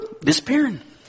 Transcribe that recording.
disappearing